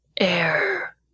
air